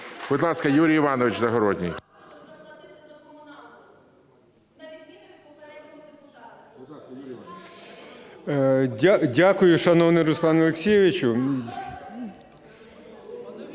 Дякую, шановний Руслан Олексійович.